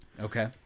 Okay